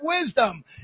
wisdom